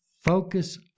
focus